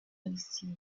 lessive